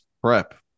prep